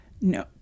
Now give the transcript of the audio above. no